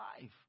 life